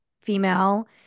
female